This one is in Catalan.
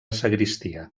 sagristia